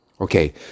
Okay